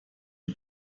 die